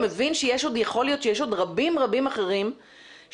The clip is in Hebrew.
אתה מבין שיכול להיות שיש עוד רבים אחרים שפשוט